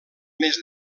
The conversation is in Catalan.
més